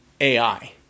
AI